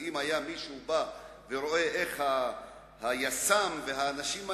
ואם היה מישהו בא ורואה איך היס"מ באים אל האנשים האלה,